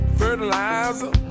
Fertilizer